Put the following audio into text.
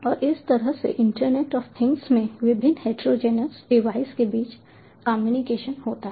और इस तरह से इंटरनेट ऑफ थिंग्स में विभिन्न हेटेरोजेनेस डिवाइस के बीच कम्युनिकेशन होता है